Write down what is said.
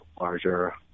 larger